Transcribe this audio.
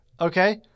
Okay